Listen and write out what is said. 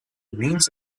means